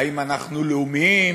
האם אנחנו לאומיים,